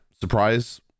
Surprise